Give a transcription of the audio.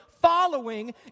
Following